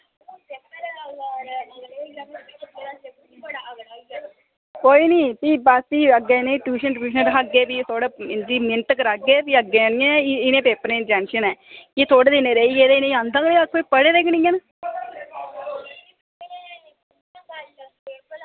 कोई निं भी अग्गें इनेंगी ट्यूशन रक्खागे ते भी मैह्नत करागे ते भी पेपर दोआगे ते थोह्ड़े दिन रेही गे ते उनेंगी आंदा कक्ख निं एह् पढ़े दे गै निं हैन